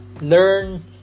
learn